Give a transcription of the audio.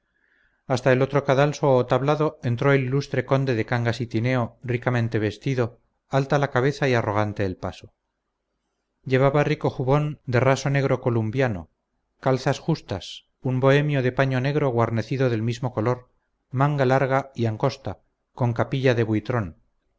hasta el otro cadalso o tablado entró el ilustre conde de cangas y tineo ricamente vestido alta la cabeza y arrogante el paso llevaba rico jubón de raso negro columbiano calzas justas un bohemio de paño negro guarnecido del mismo color manga larga y angosta con capilla de buitrón